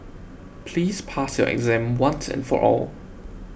please pass your exam once and for all